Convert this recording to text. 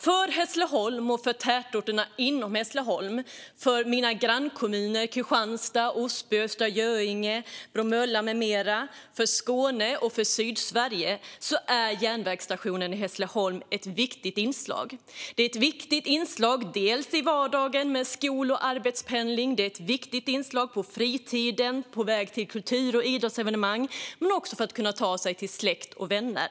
För Hässleholm och tätorterna inom Hässleholm, för mina grannkommuner Kristianstad, Osby, Östra Göinge, Bromölla med flera och för Skåne och Sydsverige är järnvägsstationen i Hässleholm ett viktigt inslag - dels i vardagen med skol och arbetspendling, dels på fritiden på väg till kultur och idrottsevenemang eller till släkt och vänner.